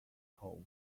codes